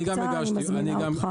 אני מזמינה אותך.